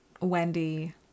Wendy